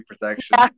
protection